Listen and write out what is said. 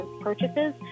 purchases